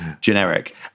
generic